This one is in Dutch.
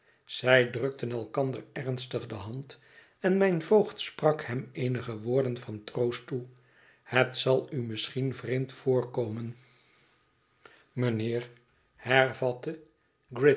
zij drukten elkander ernstig de hand en mijn voogd sprak hem eenige woorden van troost toe het zal u misschien vreemd voorkomen mijnheer